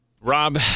Rob